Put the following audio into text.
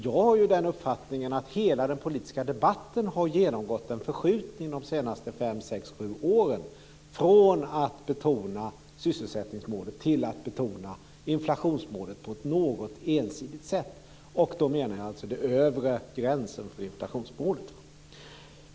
Jag har ju den uppfattningen att hela den politiska debatten har genomgått en förskjutning under de senaste fem, sex eller sju åren från att betona sysselsättningsmålet till att betona inflationsmålet på ett något ensidigt sätt. Och då menar jag alltså den övre gränsen för inflationsmålet.